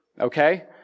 Okay